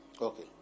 okay